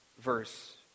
verse